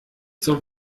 zum